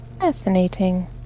fascinating